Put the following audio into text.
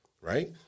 right